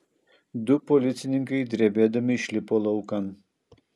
du policininkai drebėdami išlipo laukan